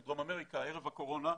מדרום אמריקה ערב הקורונה,